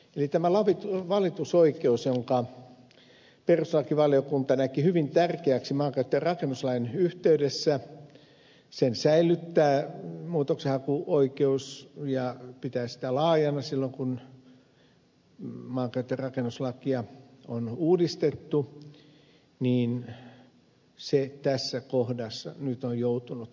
eli tämä valitusoikeus jonka perustuslakivaliokunta näki hyvin tärkeäksi maankäyttö ja rakennuslain yhteydessä säilyttää muutoksenhakuoikeus ja pitää sitä laajana silloin kun maankäyttö ja rakennuslakia on uudistettu tässä kohdassa nyt on joutunut sitten sivuun